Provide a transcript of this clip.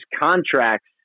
contracts